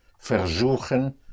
Versuchen